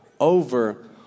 over